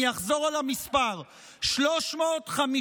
אני אחזור על המספר: 350,000